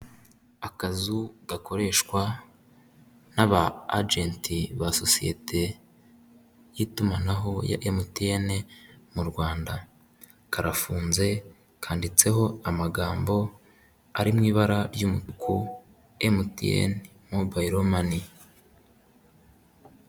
Akazu gakoreshwa n'aba agent ba sosiyete y'itumanaho ya Emutiyene mu Rwanda, karafunze kanditseho amagambo ari mu ibara ry'umutuku MTN Mobile money.